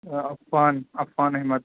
Affan Affan Ahmad